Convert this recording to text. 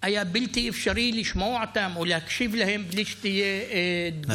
היה בלתי אפשרי לשמוע או להקשיב להם בלי שתהיה תגובה,